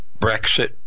Brexit